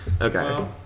Okay